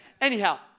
Anyhow